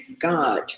God